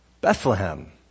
Bethlehem